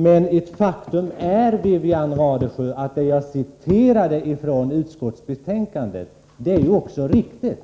Men faktum är, Wivi-Anne Radesjö, att det jag citerat ur utskottsbetänkandet är riktigt.